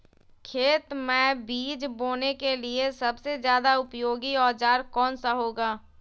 खेत मै बीज बोने के लिए सबसे ज्यादा उपयोगी औजार कौन सा होगा?